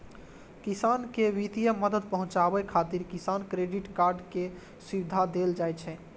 किसान कें वित्तीय मदद पहुंचाबै खातिर किसान क्रेडिट कार्ड के सुविधा देल जाइ छै